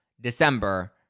December